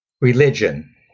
religion